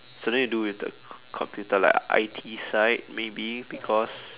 something to do with the computer like I_T side maybe because